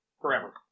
Forever